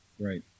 Right